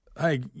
Hey